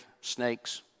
snakes